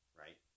right